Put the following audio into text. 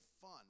fun